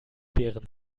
beeren